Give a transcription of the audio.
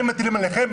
הם מטילים עליכם,